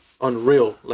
unreal